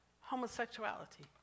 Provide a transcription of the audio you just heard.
homosexuality